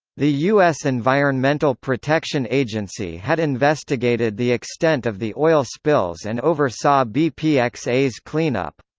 the u s. environmental protection agency had investigated the extent of the oil spills and oversaw bpxa's cleanup.